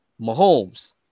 Mahomes